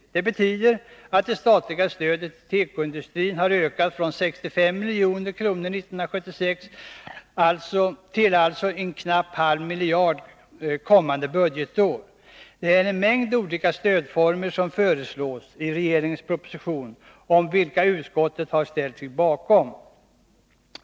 Detta betyder att det statliga stödet till tekoindustrin har ökat från 65 milj.kr. år 1976 till alltså en knapp halv miljard kommande budgetår. Det är en mängd olika stödformer som föreslås i regeringens proposition, vilka utskottet har ställt sig bakom.